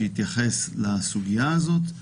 שהתייחס לסוגיה הזאת,